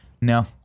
no